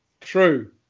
True